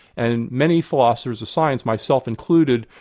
and many philosophers of science, myself included,